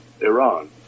Iran